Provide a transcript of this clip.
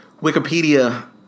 Wikipedia